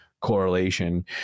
correlation